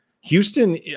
Houston